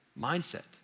mindset